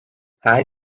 her